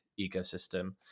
ecosystem